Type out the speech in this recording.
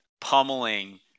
Pummeling